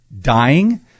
Dying